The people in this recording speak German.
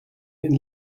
den